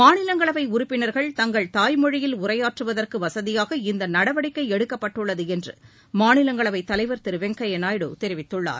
மாநிலங்களவை உறுப்பினர்கள் தங்கள் தாய்மொழியில் உரையாற்றுவதற்கு வசதியாக இந்த நடவடிக்கை எடுக்கப்பட்டுள்ளது என்று மாநிலங்களவைத் தலைவர் திரு வெங்கையா நாயுடு தெரிவித்குள்ளார்